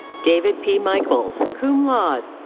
david p. michaels, cum laude.